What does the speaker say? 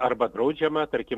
arba draudžiama tarkim